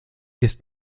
ist